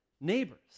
Neighbors